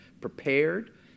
prepared